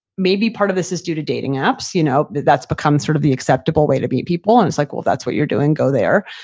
maybe part of this is due to dating apps you know but that's become sort of the acceptable way to meet people. and it's like, well, that's what you're doing, go there.